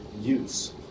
use